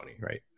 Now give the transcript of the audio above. right